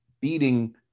beating